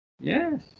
Yes